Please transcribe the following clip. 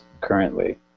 currently